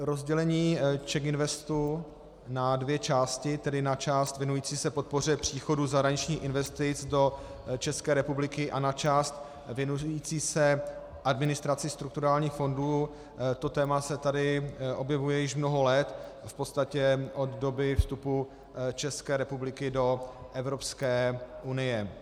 Rozdělení CzechInvestu na dvě části, tedy na část věnující se podpoře příchodu zahraničních investic do České republiky a na část věnující se administraci strukturálních fondů to téma se tady objevuje již mnoho let, v podstatě od doby vstupu České republiky do Evropské unie.